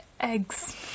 Eggs